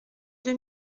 deux